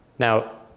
now